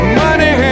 money